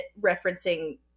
referencing